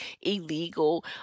illegal